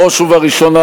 בראש ובראשונה,